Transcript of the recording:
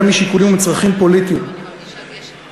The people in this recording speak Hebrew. אומר לכם שיכול להיות שגם המקורות שלנו שמים את האדם העובד במרכז,